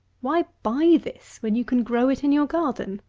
why buy this, when you can grow it in your garden?